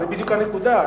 זאת בדיוק הנקודה.